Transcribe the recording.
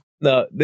No